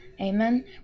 Amen